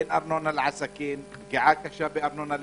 אין ארנונה לעסקים, פגיעה קשה לארנונה בבתים.